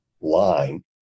line